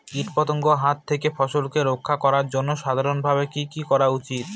কীটপতঙ্গের হাত থেকে ফসলকে রক্ষা করার জন্য সাধারণভাবে কি কি করা উচিৎ?